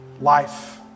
life